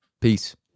Peace